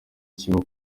kiba